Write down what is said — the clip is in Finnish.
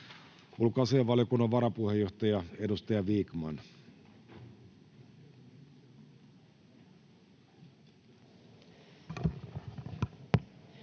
Ulkoasiainvaliokunnan varapuheenjohtaja, edustaja Vikman.